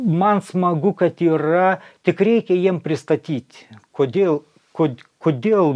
man smagu kad yra tik reikia jiem pristatyti kodėl kod kodėl